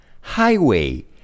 highway